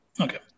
okay